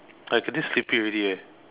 I feeling sleepy already eh